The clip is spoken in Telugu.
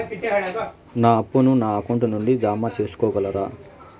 నా అప్పును నా అకౌంట్ నుండి జామ సేసుకోగలరా?